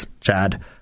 Chad